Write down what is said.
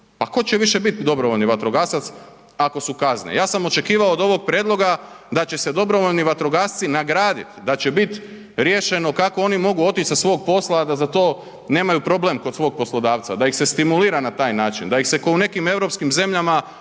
pa ko će više bit dobrovoljni vatrogasac ako su kazne. Ja sam očekivao do ovog prijedloga da će se dobrovoljni vatrogasci nagradit, da će bit riješeno kako oni mogu otić sa svog posla, a da za to nemaju problem kod svog poslodavca, da ih se stimulira na taj način, da ih se ko u nekim europskim zemljama, ne znam,